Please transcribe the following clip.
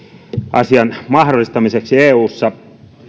asian mahdollistamiseksi eussa